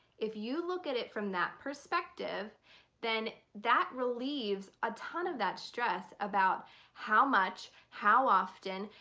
if you look at it from that perspective then that relieves a ton of that stress about how much, how often,